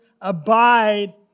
Abide